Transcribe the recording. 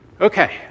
Okay